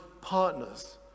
partners